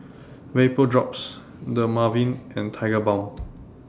Vapodrops Dermaveen and Tigerbalm